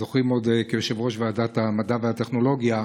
עוד זוכרים אותך כיושב-ראש ועדת המדע והטכנולוגיה,